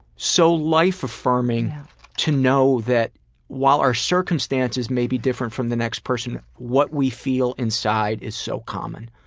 so life-affirming to know that while our circumstances may be different from the next person, what we feel inside is so common.